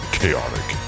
Chaotic